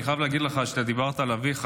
אני חייב להגיד לך, אתה דיברת על אביך,